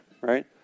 right